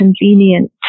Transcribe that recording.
convenient